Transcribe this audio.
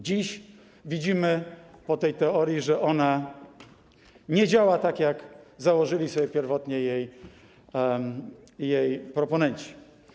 Dziś widzimy po tej teorii, że ona nie działa tak, jak założyli sobie pierwotnie jej proponenci.